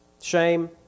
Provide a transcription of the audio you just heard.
shame